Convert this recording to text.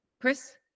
Chris